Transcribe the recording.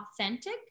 authentic